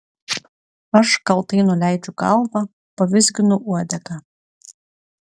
aš kaltai nuleidžiu galvą pavizginu uodegą